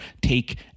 take